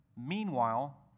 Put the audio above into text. Meanwhile